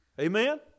amen